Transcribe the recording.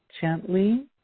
gently